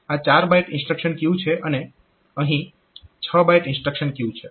આ 4 byte instruction queue છે અને અહીં 6 બાઈટ ઇન્સ્ટ્રક્શન ક્યુ છે